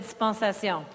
dispensation